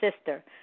sister